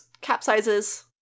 capsizes